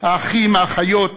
האחים, האחיות,